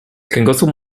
kręgosłup